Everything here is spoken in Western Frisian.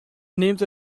nimt